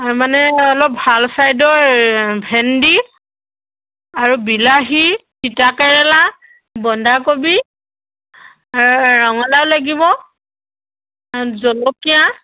মানে অলপ ভাল চাইডৰ ভেন্দি আৰু বিলাহী তিতাকেৰেলা বন্ধাকবি ৰঙালাও লাগিব জলকীয়া